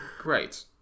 Great